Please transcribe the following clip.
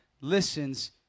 listens